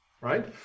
right